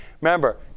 Remember